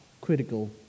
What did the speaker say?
critical